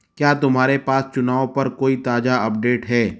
क्या तुम्हारे पास चुनाव पर कोई ताज़ा अपडेट है